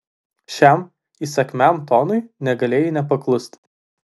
šiam įsakmiam tonui negalėjai nepaklusti